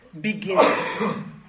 begin